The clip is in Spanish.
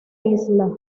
isla